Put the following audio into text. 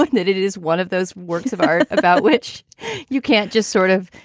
that it it is one of those works of art about which you can't just sort of,